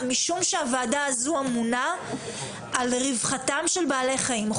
משום שהוועדה הזו אמונה על רווחתם של בעלי חיים.